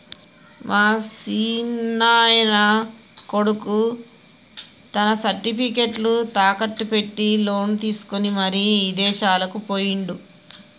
మా సిన్నాయన కొడుకు తన సర్టిఫికేట్లు తాకట్టు పెట్టి లోను తీసుకొని మరి ఇదేశాలకు పోయిండు